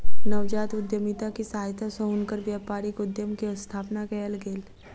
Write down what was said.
नवजात उद्यमिता के सहायता सॅ हुनकर व्यापारिक उद्यम के स्थापना कयल गेल